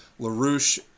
LaRouche